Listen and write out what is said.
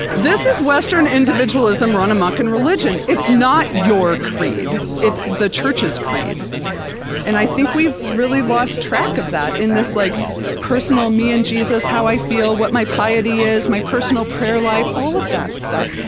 this is western individualism run amok in religion. it's not your creed. it's the church's creed and i think we've really lost track of that in this like personal me and jesus, how i feel, what my piety is, my personal prayer life, all of that stuff,